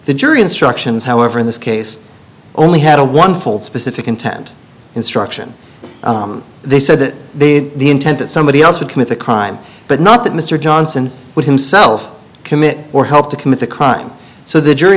the jury instructions however in this case only had a one fold specific intent instruction they said that they had the intent that somebody else would commit the crime but not that mr johnson would himself commit or help to commit the crime so the jury